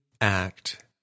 act